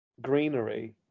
Greenery